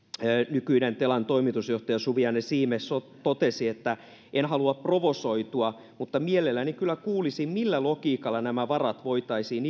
nykyinen telan toimitusjohtaja suvi anne siimes totesi en halua provosoitua mutta mielelläni kyllä kuulisin millä logiikalla nämä varat voitaisiin